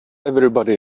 everybody